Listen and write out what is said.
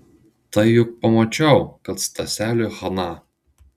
tai juk pamačiau kad staseliui chaną